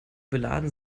beladen